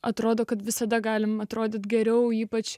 atrodo kad visada galime atrodyti geriau ypač